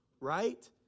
Right